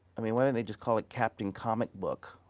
i mean, why don't they just call it captain comic book?